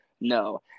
No